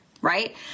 right